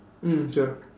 mm sure